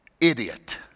idiot